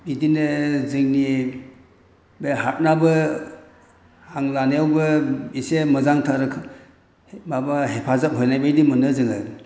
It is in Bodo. बिदिनो जोंनि बे हार्टआबो हां लानायावबो इसे मोजांथार माबा हेफाजाब होनायबायदि मोनो जोङो